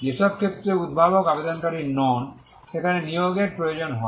যেসব ক্ষেত্রে উদ্ভাবক আবেদনকারী নন সেখানে নিয়োগের প্রয়োজন হয়